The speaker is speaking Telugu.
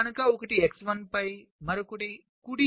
కనుక ఒకటి ఎడమ x1 పై మరొకటి కుడి x2 లో ఉంటుంది